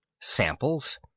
Samples